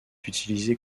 utilisée